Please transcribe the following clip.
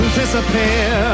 disappear